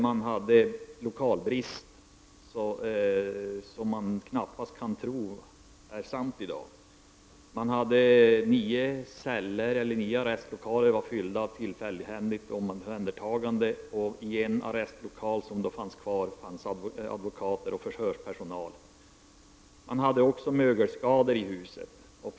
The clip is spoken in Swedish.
Man har där en lokalbrist som är sådan att man knappast kan tro det är sant i dag. Man hade nio celler, eller arrestlokaler, fyllda av tillfälligt omhändertagna. I en arrestlokal uppehöll sig advokater och förhörspersonal. Huset var också drabbat av mögelskador.